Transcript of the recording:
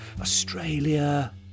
Australia